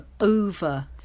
over